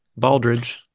baldridge